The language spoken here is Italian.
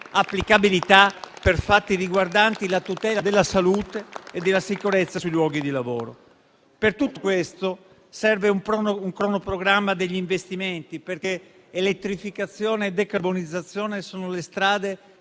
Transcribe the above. applicabilità per fatti riguardanti la tutela della salute e della sicurezza sui luoghi di lavoro. Per tutto questo serve un cronoprogramma degli investimenti, perché elettrificazione e decarbonizzazione sono le strade